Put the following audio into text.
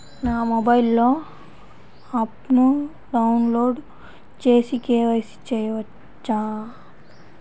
నా మొబైల్లో ఆప్ను డౌన్లోడ్ చేసి కే.వై.సి చేయచ్చా?